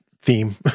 theme